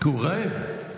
ובא לי גם סיגריה.